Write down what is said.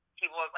people